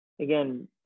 again